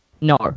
No